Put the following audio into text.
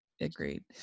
Agreed